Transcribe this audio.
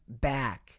back